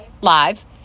Live